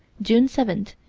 june seven,